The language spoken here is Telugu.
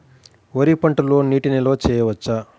వరి పంటలో నీటి నిల్వ చేయవచ్చా?